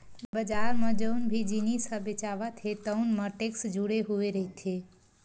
बजार म जउन भी जिनिस ह बेचावत हे तउन म टेक्स जुड़े हुए रहिथे